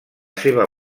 seva